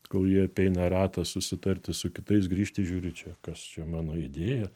kol ji apeina ratą susitarti su kitais grįžti žiūri čia kas čia mano idėja